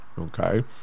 okay